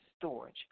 storage